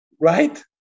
right